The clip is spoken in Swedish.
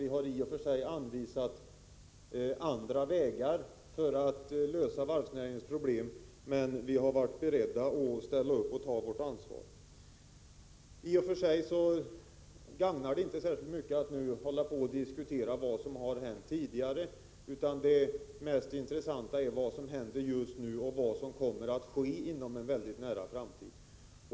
Visserligen har vi anvisat andra vägar för att lösa varvsnäringens problem, men vi har varit beredda att ta vårt ansvar. I och för sig gagnar det inte särskilt mycket att nu diskutera vad som har hänt tidigare, utan det mest intressanta är vad som händer just nu och vad som kommer att ske inom en nära framtid.